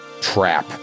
trap